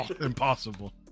Impossible